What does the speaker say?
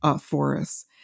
forests